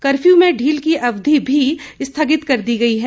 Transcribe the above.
curfew में ढील की अवधि भी स्थगित कर दी गई है